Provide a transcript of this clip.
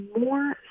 more